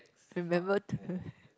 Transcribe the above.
remember to